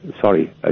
Sorry